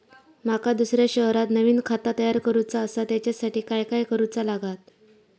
माका दुसऱ्या शहरात नवीन खाता तयार करूचा असा त्याच्यासाठी काय काय करू चा लागात?